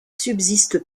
subsiste